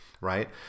right